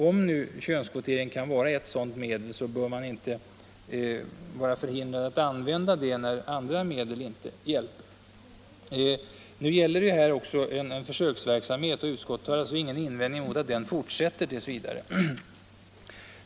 Om nu könskvotering kan vara ett sådant medel bör man inte vara förhindrad att använda det. Nu gäller det också en försöksverksamhet, och utskottet har ingen invändning mot att den fortsätter t. v.